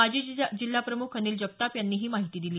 माजी जिल्हाप्रमुख अनिल जगताप यांनी ही माहिती दिली